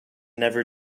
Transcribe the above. never